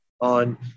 on